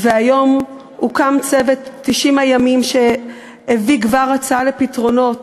הוקם צוות 90 הימים, שהביא כבר הצעה לפתרונות.